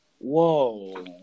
Whoa